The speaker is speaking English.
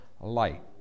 light